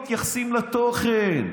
מתייחסים לתוכן,